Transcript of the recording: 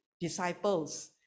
disciples